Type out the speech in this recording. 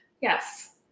yes